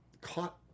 caught